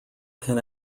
can